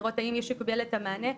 לראות אם מישהו קיבל את המענה.